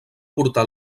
portar